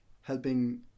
helping